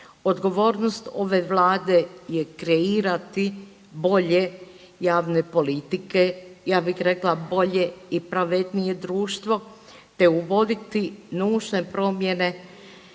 Odgovornost ove vlade je kreirati bolje javne politike, ja bih rekla bolje i pravednije društvo te uvoditi nužne promjene,